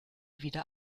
wieder